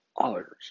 others